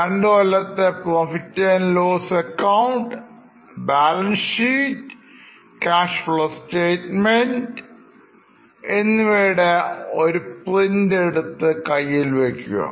2കൊല്ലത്തെ PL ACBalance Sheet Cash Flow Statement എന്നിവയുടെ ഒരു Print out എടുക്കുക